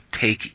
take